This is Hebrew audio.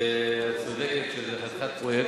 ואת צודקת שזה חתיכת פרויקט,